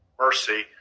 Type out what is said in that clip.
mercy